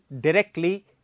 directly